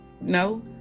No